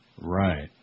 Right